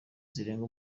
zirenga